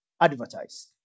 advertised